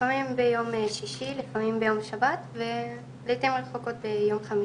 לפעמים ביום שישי לפעמים ביום שבת ולעיתים רחוקות ביום חמישי.